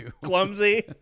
Clumsy